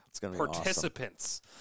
participants